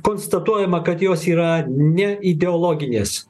konstatuojama kad jos yra ne ideologinės